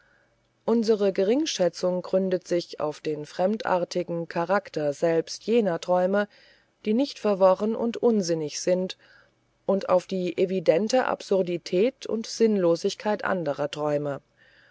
unsere geringschätzung gründet sich auf den fremdartigen charakter selbst jener träume die nicht verworren und unsinnig sind und auf die evidente absurdität und sinnlosigkeit anderer träume